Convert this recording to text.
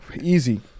Easy